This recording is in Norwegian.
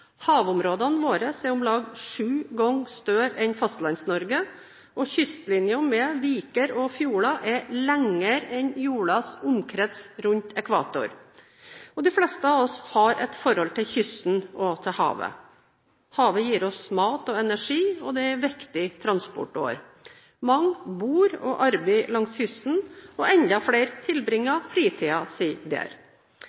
Havområdene våre er om lag sju ganger større enn Fastlands-Norge, og kystlinjen med viker og fjorder er lengre enn jordens omkrets rundt ekvator. Og de fleste av oss har et forhold til kysten og havet: Havet gir oss mat og energi og er en viktig transportåre. Mange bor og arbeider langs kysten, og enda flere tilbringer